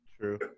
True